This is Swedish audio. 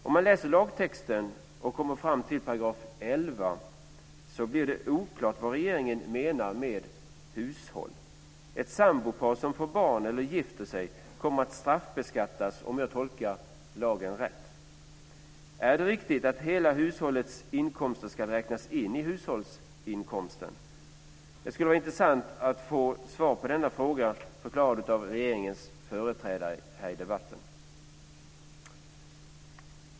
Om man läser lagtexten och kommer fram till 11 § blir det oklart vad regeringen menar med ett hushåll. Ett sambopar som får barn eller gifter sig kommer att straffbeskattas, om jag tolkar lagen rätt. Är det riktigt att hela hushållets inkomster ska räknas in i hushållsinkomsten? Det skulle vara intressant att få svaret på denna fråga förklarat av regeringens företrädare här i debatten.